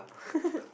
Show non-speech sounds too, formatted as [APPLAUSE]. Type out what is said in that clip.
[LAUGHS]